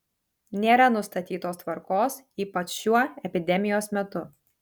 nėra nustatytos tvarkos ypač šiuo epidemijos metu